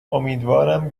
امیدوارم